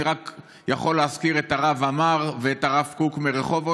אני רק יכול להזכיר את הרב עמאר ואת הרב קוק מרחובות,